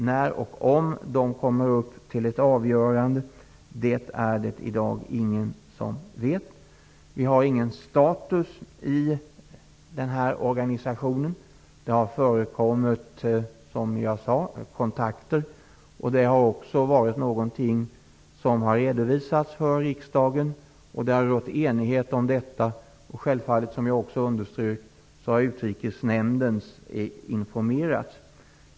När och om de kommer upp till ett avgörande är det i dag ingen som vet. Vi har ingen status i den här organisationen. Det har förekommit, som jag sade, kontakter. Det har redovisats för riksdagen. Det har rått enighet om detta. Som jag underströk har utrikesnämnden självfallet informerats.